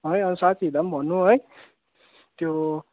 है साथीहरूलाई पनि भनौँ है त्यो